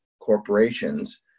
corporations